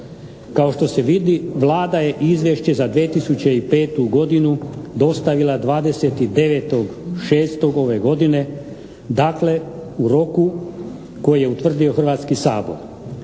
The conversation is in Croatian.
Kao što se vidi, Vlada je Izvješće za 2005. godinu dostavila 29.6. ove godine, dakle, u roku koji je utvrdio Hrvatski sabor.